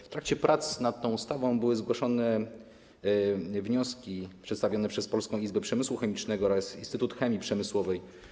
W trakcie prac nad tą ustawą zostały zgłoszone wnioski przedstawione przez Polską Izbę Przemysłu Chemicznego oraz Instytut Chemii Przemysłowej.